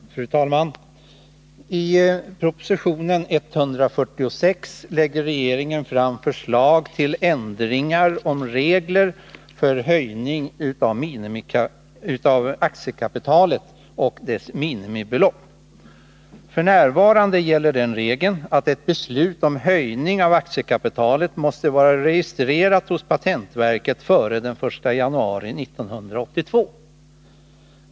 Fru talman! I propositionen 146 lägger regeringen fram förslag till ändringar i reglerna för höjning av aktiekapital och dess minimibelopp. F. n. gäller den regeln att ett beslut om höjning av aktiekapitalet måste vara registrerat hos patentverket före den 1 januari 1982.